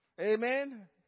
Amen